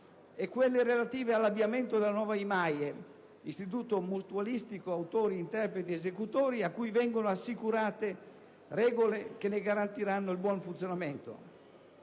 e quelle relative all'avviamento della nuova IMAIE (Istituto mutualistico autori interpreti esecutori), a cui vengono assicurate regole che ne garantiranno il buon funzionamento.